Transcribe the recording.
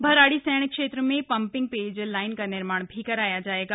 भराड़ीसैंण क्षेत्र में पम्पिंग पेयजल लाईन का निर्माण भी कराया जायेगा